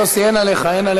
יוסי, אין עליך.